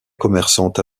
commerçante